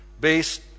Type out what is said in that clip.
based